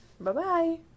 Bye-bye